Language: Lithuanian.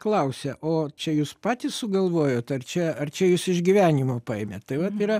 klausia o čia jūs patys sugalvojot ar čia ar čia jūs iš gyvenimo paėmėt tai vat yra